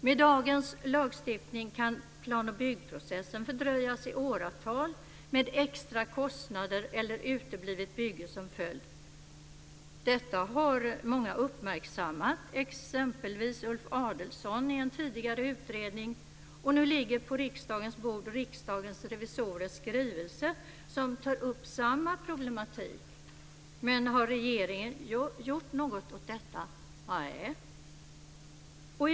Med dagens lagstiftning kan plan och byggprocessen fördröjas i åratal med extra kostnader eller uteblivet bygge som följd. Detta har många uppmärksammat, exempelvis Ulf Adelsohn i en tidigare utredning. Och nu ligger på riksdagens bord Riksdagens revisorers skrivelse som tar upp samma problematik. Men har regeringen gjort något åt detta? Nej.